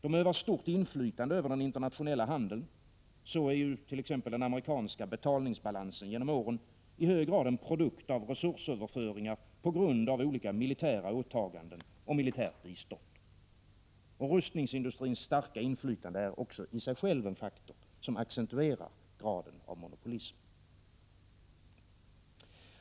De övar stort inflytande över den internationella handeln — så är ju t.ex. den amerikanska betalningsbalansen genom åren i hög grad en produkt av resursöverföringar på grund av olika militära åtaganden och militärt bistånd. Rustningsindustrins starka inflytande är i sig självt också en faktor som accentuerar graden av monopolism.